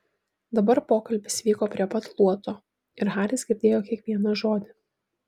dabar pokalbis vyko prie pat luoto ir haris girdėjo kiekvieną žodį